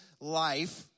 life